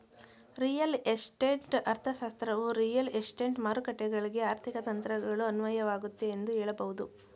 real estate ಅರ್ಥಶಾಸ್ತ್ರವು real estate ಮಾರುಕಟ್ಟೆಗಳ್ಗೆ ಆರ್ಥಿಕ ತಂತ್ರಗಳು ಅನ್ವಯವಾಗುತ್ತೆ ಎಂದು ಹೇಳಬಹುದು